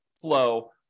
flow